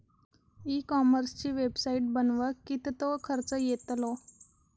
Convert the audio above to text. E कॉमर्सची website बनवक किततो खर्च येतलो?